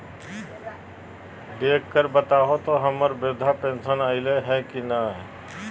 देख कर बताहो तो, हम्मर बृद्धा पेंसन आयले है की नय?